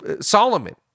Solomon